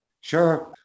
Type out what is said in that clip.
Sure